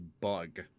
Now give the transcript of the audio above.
bug